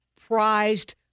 prized